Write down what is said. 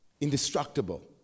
indestructible